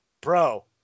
bro